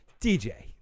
DJ